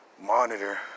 monitor